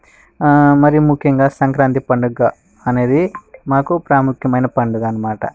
మరి ముఖ్యంగా సంక్రాంతి పండుగ అనేది మాకు ప్రాముఖ్యమైన పండుగ అన్నమాట